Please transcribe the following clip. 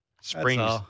Springs